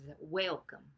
welcome